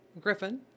Griffin